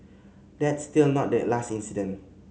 that's still not the last incident